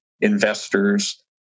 investors